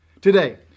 Today